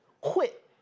Quit